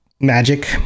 magic